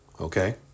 Okay